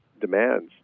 demands